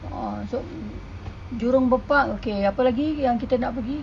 a so jurong bird park okay apa lagi yang kita nak pergi